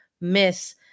miss